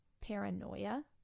paranoia